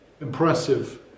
impressive